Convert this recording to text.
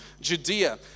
Judea